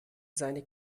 seine